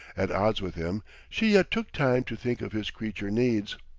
at odds with him, she yet took time to think of his creature needs!